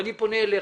אני פונה אליך.